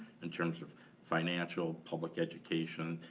in terms of financial, public education,